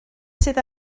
sydd